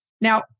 Now